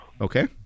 Okay